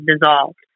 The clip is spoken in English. dissolved